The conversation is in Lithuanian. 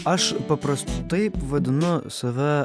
aš paprastai taip vadinu save